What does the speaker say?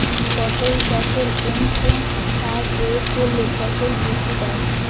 পটল চাষে কোন কোন সার প্রয়োগ করলে ফলন বৃদ্ধি পায়?